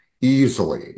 easily